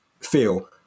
feel